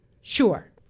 Sure